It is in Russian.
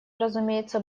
разумеется